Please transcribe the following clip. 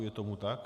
Je tomu tak.